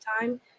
time